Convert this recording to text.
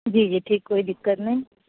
جی جی ٹھیک کوئی دقت نہیں